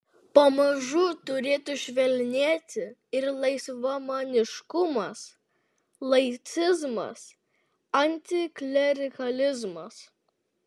pamažu turėtų švelnėti ir laisvamaniškumas laicizmas antiklerikalizmas